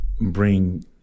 bring